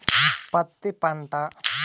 పత్తి పంట